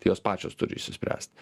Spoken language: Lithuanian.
tai jos pačios turi išsispręst